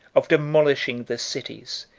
of demolishing the cities,